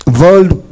world